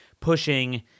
pushing